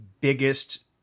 biggest